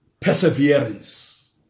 perseverance